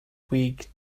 week